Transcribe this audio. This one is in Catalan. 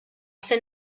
ser